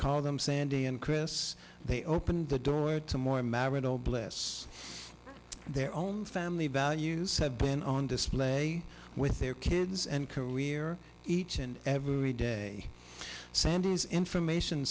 call them sandy and chris they opened the door to more marital bliss their own family values have been on display with their kids and career each and every day sandy's information